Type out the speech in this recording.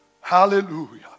Hallelujah